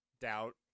doubt